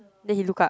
then he look up